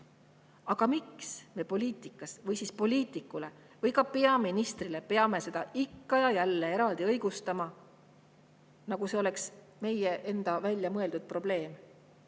aga poliitikas või poliitikule või ka peaministrile peame seda ikka ja jälle eraldi õigustama, nagu see oleks meie enda väljamõeldud probleem.